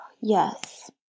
Yes